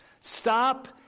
Stop